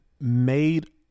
made